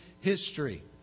history